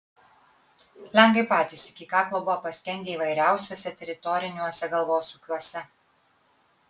lenkai patys iki kaklo buvo paskendę įvairiausiuose teritoriniuose galvosūkiuose